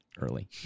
early